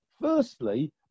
firstly